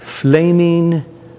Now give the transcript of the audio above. flaming